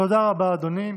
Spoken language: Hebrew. תודה רבה, אדוני.